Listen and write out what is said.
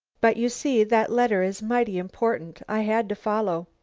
but you see that letter is mighty important. i had to follow.